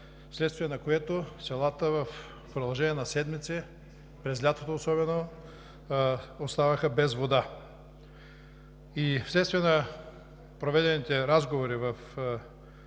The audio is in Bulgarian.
вследствие на което селата в продължение на седмици, през лятото особено, остават без вода. Вследствие на проведените разговори с